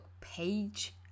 page